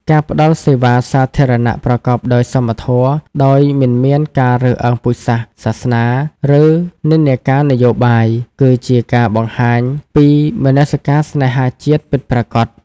ការផ្តល់សេវាសាធារណៈប្រកបដោយសមធម៌ ដោយមិនមានការរើសអើងពូជសាសន៍ សាសនា ឬនិន្នាការនយោបាយ គឺជាការបង្ហាញពីមនសិការស្នេហាជាតិពិតប្រាកដ។